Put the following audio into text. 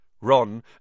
Ron